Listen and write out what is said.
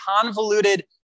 convoluted